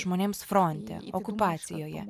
žmonėms fronte okupacijoje